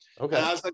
Okay